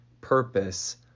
purpose